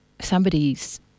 somebody's